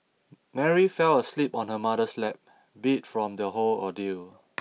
Mary fell asleep on her mother's lap beat from the whole ordeal